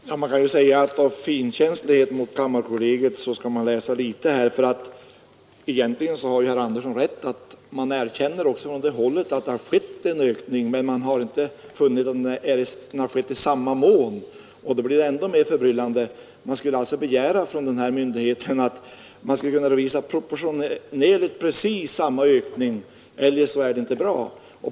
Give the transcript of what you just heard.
Fru talman! Man kan säga att man av finkänslighet mot kammarkollegiet bör läsa bara litet här, eftersom herr Andersson i Örträsk egentligen har rätt i att man på det hållet erkänner att det har skett en ökning av verksamheten, men man har inte funnit att den ökat ”i samma mån” som antalet utgående bidrag har ökat. Då blir det ändå mer förbryllande! Det skulle innebära att den myndigheten skulle begära att man skulle kunna redovisa proportionellt samma ökning; annars är det inte bra.